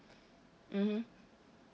mmhmm